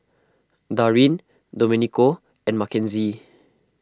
Darin Domenico and Makenzie